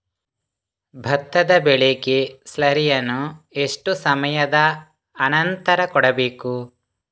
ಭತ್ತದ ಬೆಳೆಗೆ ಸ್ಲಾರಿಯನು ಎಷ್ಟು ಸಮಯದ ಆನಂತರ ಕೊಡಬೇಕು?